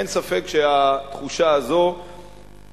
אין ספק שהתחושה הזאת קיימת,